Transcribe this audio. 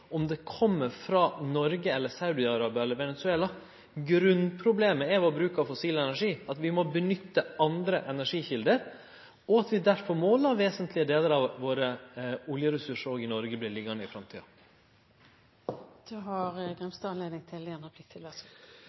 om det kjem frå Noreg eller Saudi-Arabia eller Venezuela. Grunnproblemet er vår bruk av fossil energi, at vi må nytte andre energikjelder, og at vi derfor må la vesentlege delar av våre oljeressursar, òg i Noreg, verte liggjande i framtida. Eg fekk ikkje svar på det